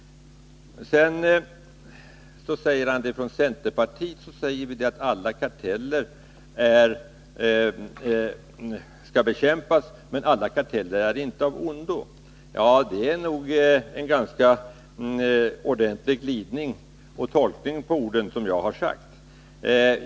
C.-H. Hermansson sade att centerpartiet säger att alla karteller skall bekämpas men att alla karteller inte är av ondo. Det är en glidning i tolkningen av vad jag har sagt.